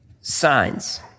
Signs